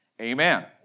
amen